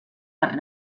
per